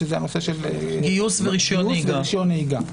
שזה הנושא של גיוס ורישיון נהיגה.